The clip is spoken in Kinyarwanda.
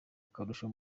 akarusho